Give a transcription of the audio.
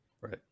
Right